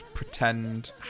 pretend